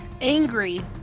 angry